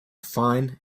fine